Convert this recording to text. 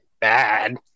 bad